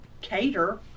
cater